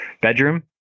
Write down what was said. bedroom